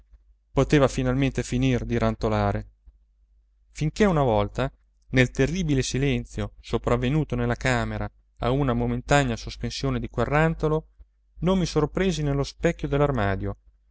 poteva finalmente finir di rantolare finché una volta nel terribile silenzio sopravvenuto nella camera a una momentanea sospensione di quel rantolo non mi sorpresi nello specchio